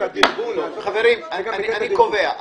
חברים, אני קובע.